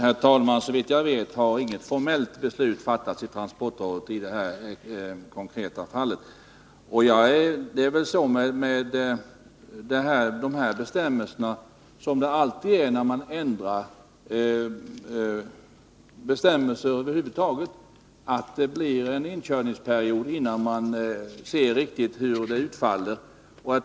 Herr talman! Såvitt jag vet har inget formellt beslut fattats i transportrådet idet här konkreta fallet. Det är väl så med dessa bestämmelser, som alltid när man ändrar bestämmelser över huvud taget, att det blir en inkörningsperiod, innan man ser riktigt hur det utfaller.